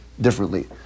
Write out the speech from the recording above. differently